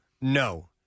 No